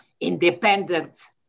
independence